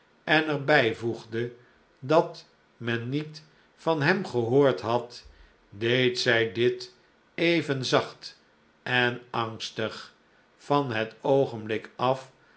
en er bijvoegde dat men niet van hem gehoord had deed zij dit even zacht en angstig van het oogenblik af